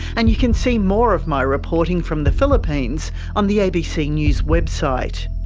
and you can see more of my reporting from the philippines on the abc news website.